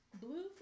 Blue